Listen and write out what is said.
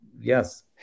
Yes